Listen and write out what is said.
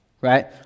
right